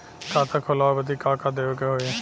खाता खोलावे बदी का का देवे के होइ?